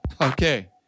Okay